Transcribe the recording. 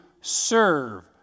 serve